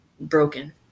broken